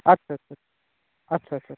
আচ্ছা আচ্ছা আচ্ছা আচ্ছা